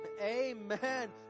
amen